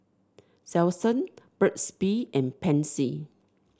Selsun Burt's Bee and Pansy